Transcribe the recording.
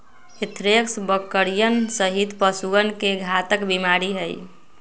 anthrax बकरियन सहित पशुअन के घातक बीमारी हई